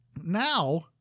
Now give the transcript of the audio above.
Now